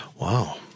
Wow